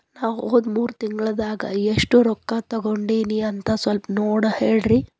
ನಾ ಹೋದ ಮೂರು ತಿಂಗಳದಾಗ ಎಷ್ಟು ರೊಕ್ಕಾ ತಕ್ಕೊಂಡೇನಿ ಅಂತ ಸಲ್ಪ ನೋಡ ಹೇಳ್ರಿ